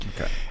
Okay